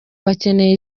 bakeneye